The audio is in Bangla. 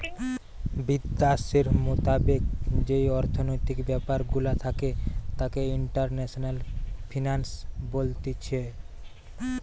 বিদ্যাশের মোতাবেক যেই অর্থনৈতিক ব্যাপার গুলা থাকে তাকে ইন্টারন্যাশনাল ফিন্যান্স বলতিছে